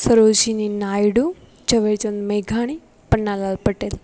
સરોજીની નાયડુ ઝવેરચંદ મેઘાણી પન્નાલાલ પટેલ